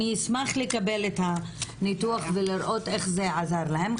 אשמח לקבל את הניתוח, ולראות איך זה עזר להם.